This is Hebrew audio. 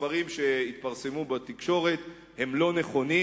המספרים שהתפרסמו בתקשורת הם לא נכונים,